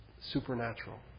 supernatural